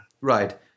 Right